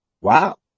Wow